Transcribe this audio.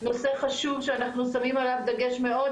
נושא חשוב שאנחנו שמים עליו דגש מאוד,